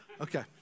Okay